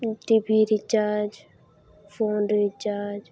TV recharge phone recharge